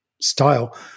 style